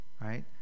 Right